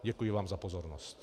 Děkuji vám za pozornost.